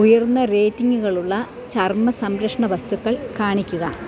ഉയർന്ന റേറ്റിംഗുകളുള്ള ചർമ്മസംരക്ഷണ വസ്തുക്കൾ കാണിക്കുക